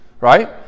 right